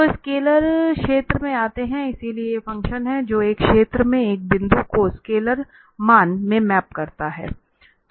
तो स्केलर क्षेत्र में आते है इसलिए ये फंक्शन है जो एक स्थान में एक बिंदु को स्केलर मान में मैप करते हैं